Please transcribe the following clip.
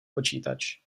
počítač